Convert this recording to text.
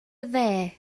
dde